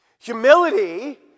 Humility